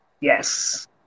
yes